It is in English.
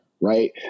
right